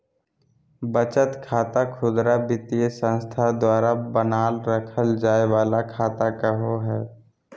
बचत खाता खुदरा वित्तीय संस्था द्वारा बनाल रखय जाय वला खाता के कहो हइ